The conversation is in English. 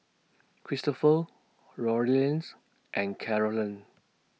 Cristopher Lorean's and Carolann